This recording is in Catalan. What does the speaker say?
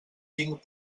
cinc